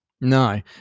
No